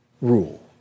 rule